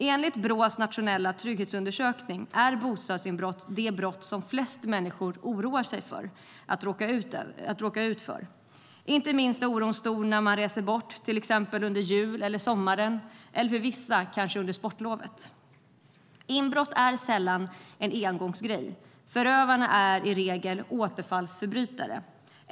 Enligt Brås nationella trygghetsundersökning är bostadsinbrott det brott som flest människor oroar sig över att råka ut för. Inte minst är oron stor när man reser bort till exempel under julen, sommaren eller, vissa kanske, under sportlovet. Inbrott är sällan en "engångsgrej". Förövarna är i regel återfallsförbrytare.